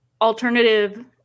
alternative